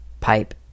pipe